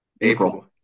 April